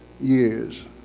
years